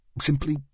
simply